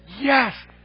yes